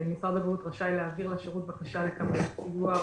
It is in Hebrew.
משרד הבריאות רשאי להעביר לשירות בקשה לקבל סיוע,